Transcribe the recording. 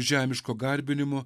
žemiško garbinimo